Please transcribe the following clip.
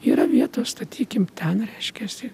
yra vietos statykim ten reiškiasi